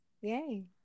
Yay